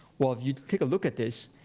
well, if you take a look at this,